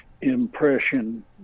impression